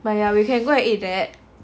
but ya we can go and eat there